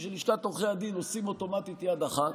של לשכת עורכי הדין עושים אוטומטית יד אחת.